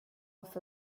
off